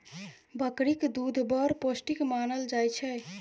बकरीक दुध बड़ पौष्टिक मानल जाइ छै